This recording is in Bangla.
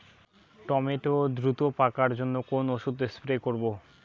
টমেটো দ্রুত পাকার জন্য কোন ওষুধ স্প্রে করব?